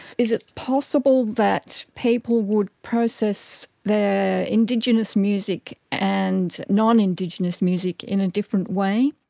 is it possible that people would process the indigenous music and nonindigenous music in a different way?